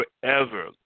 forever